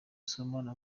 sibomana